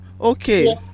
Okay